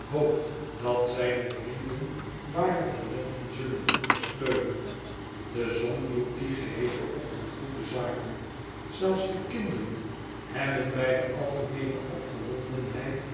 hoopt dat zijne vrienden ware talenten zullen ondersteunen de zon doet dien geheelen ochtend goede zaken zelfs de kinderen hebben bij de algemeene opgewondenheid